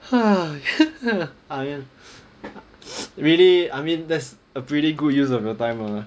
ha really I mean that's a pretty good use of your time lah